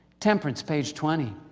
temperance, page twenty